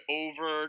over